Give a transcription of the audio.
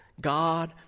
God